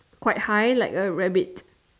quite high like a rabbit